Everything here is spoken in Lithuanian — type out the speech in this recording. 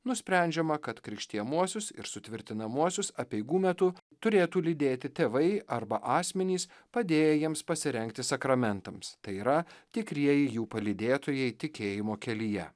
nusprendžiama kad krikštijamuosius ir sutvirtinamuosius apeigų metu turėtų lydėti tėvai arba asmenys padėję jiems pasirengti sakramentams tai yra tikrieji jų palydėtojai tikėjimo kelyje